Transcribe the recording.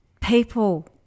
People